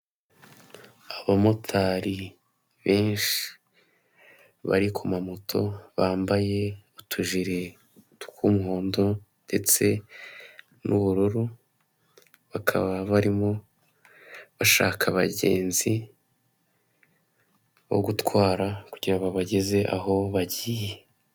Abamotari benshi bari ku mamoto bambaye utujire tw'umuhondo ndetse n'ubururu, bakaba barimo bashaka abagenzi bo gutwara kugira babageze aho bagiye.